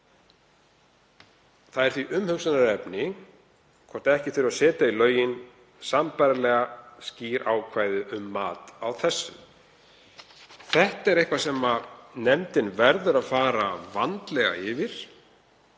Það er því umhugsunarefni hvort ekki þurfi að setja í lögin sambærilega skýr ákvæði um mat á þessu. Það er eitthvað sem nefndin verður að fara vandlega yfir.